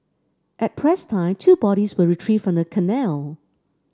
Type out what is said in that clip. at press time two bodies were retrieved from the canal